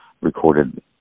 recorded